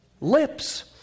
lips